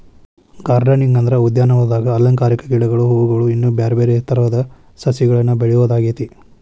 gardening ಅಂದ್ರ ಉದ್ಯಾನವನದಾಗ ಅಲಂಕಾರಿಕ ಗಿಡಗಳು, ಹೂವುಗಳು, ಇನ್ನು ಬ್ಯಾರ್ಬ್ಯಾರೇ ತರದ ಸಸಿಗಳನ್ನ ಬೆಳಿಯೋದಾಗೇತಿ